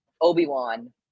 Obi-Wan